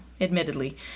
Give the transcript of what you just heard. admittedly